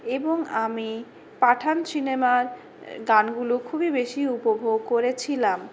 এবং আমি পাঠান সিনেমার গানগুলো খুবই বেশি উপভোগ করেছিলাম